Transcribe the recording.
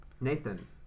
Nathan